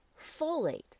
folate